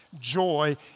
joy